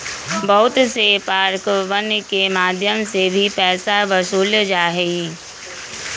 बहुत से पार्कवन के मध्यम से भी पैसा वसूल्ल जाहई